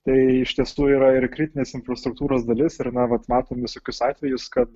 tai iš tiesų yra ir kritinės infrastruktūros dalis ir na vat matom visokius atvejus kad